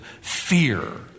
Fear